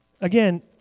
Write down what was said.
Again